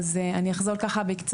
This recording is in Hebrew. אז אני אחזור על זה ככה בקצרה.